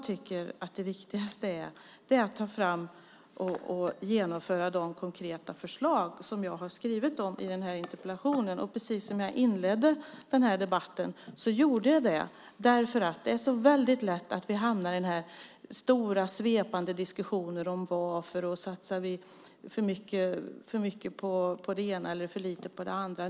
Det viktigaste är att genomföra de konkreta förslag som jag skrev om i interpellationen. Jag inledde debatten med att berätta att jag skrev interpellationen därför att det är så lätt att vi hamnar i stora, svepande diskussioner om varför eller om vi satsar för mycket på det ena eller för lite på det andra.